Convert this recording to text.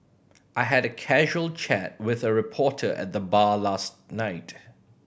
I had a casual chat with a reporter at the bar last night